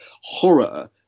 horror